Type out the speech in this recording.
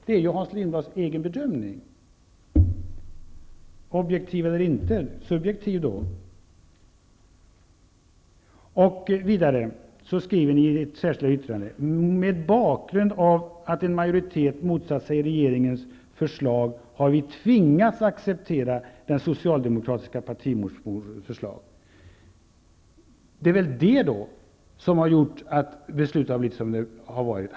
Det är ju Hans Lindblads egen bedömning, objektiv eller subjektiv. Ni skriver vidare i det särskilda yttrandet: ''Med bakgrund av att en majoritet motsatt sig regeringens förslag har vi tvingats acceptera den socialdemokratiska partimotionens förslag --.'' Det är väl detta som har gjort att beslutet har blivit som det har blivit.